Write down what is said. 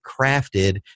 crafted